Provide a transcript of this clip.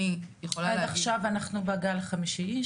עכשיו אנחנו כבר שנתיים וחצי,